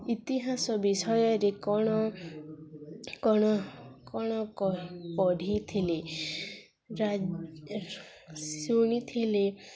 ଇତିହାସ ବିଷୟରେ କ'ଣ କ'ଣ କ'ଣ କ ପଢ଼ିଥିଲେ ରା ଶୁଣିଥିଲେ